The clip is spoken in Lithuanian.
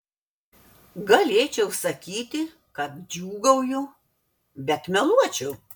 galėčiau sakyti kad džiūgauju bet meluočiau